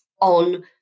on